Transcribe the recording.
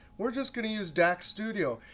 we're just going to use dax studio.